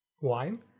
wine